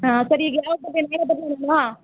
ಹಾಂ ಸರಿ ಈಗ ಯಾವಾಗ ಬರಲಿ ನಾನು